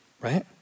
right